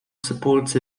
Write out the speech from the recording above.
supports